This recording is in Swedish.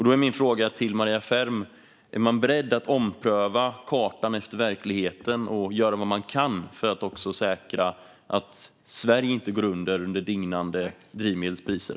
Då är min fråga till Maria Ferm: Är man i Miljöpartiet beredd att anpassa kartan efter verkligheten och göra vad man kan för att också säkra att Sverige inte går under av dignande drivmedelspriser?